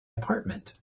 apartment